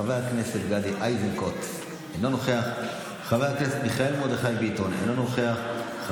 חבר הכנסת גדי איזנקוט, אינו נוכח.